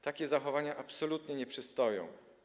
Takie zachowania absolutnie nie przystoją.